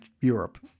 Europe